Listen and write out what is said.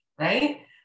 right